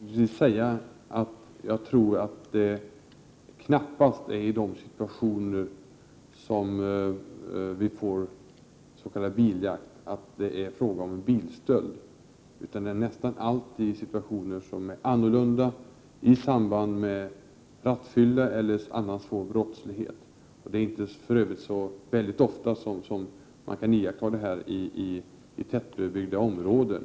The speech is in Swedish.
Herr talman! Jag vill avslutningsvis bara säga att jag knappast tror att det är vid jakt på biltjuvar som det blir biljakt, det är nästan alltid fråga om andra situationer, t.ex. rattfylla eller annan svår brottslighet. Det är för övrigt inte så ofta som detta kan iakttas i tätbebyggda områden.